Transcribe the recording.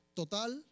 total